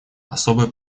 особая